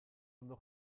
ondo